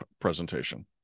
presentation